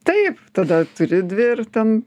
taip tada turi dvi ir ten